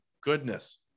goodness